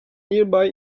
nearby